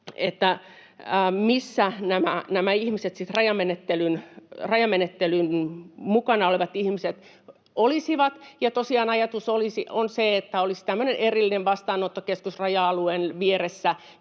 myös, missä sitten nämä rajamenettelyn mukana olevat ihmiset olisivat. Tosiaan ajatus on, että olisi tämmöinen erillinen vastaanottokeskus raja-alueen vieressä,